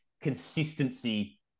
consistency